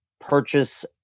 purchase